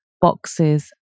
boxes